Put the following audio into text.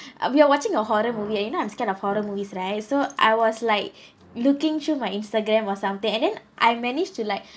uh we are watching a horror movie and you know I'm scared of horror movies right so I was like looking through my instagram or something and then I managed to like